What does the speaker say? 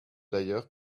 d’ailleurs